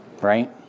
right